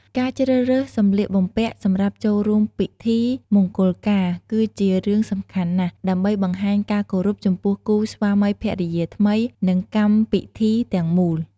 ការជ្រើសរើសសម្លៀកបំពាក់សម្រាប់ចូលរួមពិធីមង្គលការគឺជារឿងសំខាន់ណាស់ ដើម្បីបង្ហាញការគោរពចំពោះគូស្វាមីភរិយាថ្មី និងកម្មពិធីទាំងមូល។